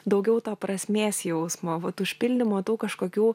daugiau to prasmės jausmo vat užpildymo tų kažkokių